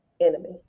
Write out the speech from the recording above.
enemy